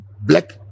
black